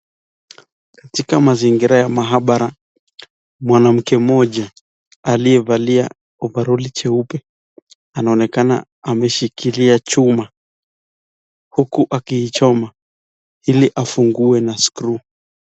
Katika mazingira ya maabara , mwanamke mmoja aliyevalia ovaroli jeupe anaonekana ameshikia chuma huku akiichoma hili afungue na skuru.